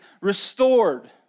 restored